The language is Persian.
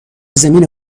زمین